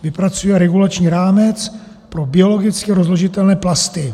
Vypracuje regulační rámec pro biologicky rozložitelné plasty.